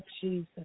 Jesus